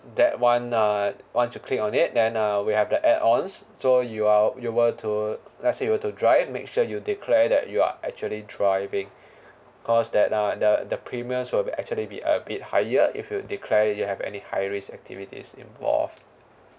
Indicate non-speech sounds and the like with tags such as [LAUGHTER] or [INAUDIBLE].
that [one] uh once you click on it then uh we have the add ons so you are you were to let's say you were to drive make sure you declare that you are actually driving [BREATH] cause that uh the the premiums will be actually be a bit higher if you declare you have any high risk activities involved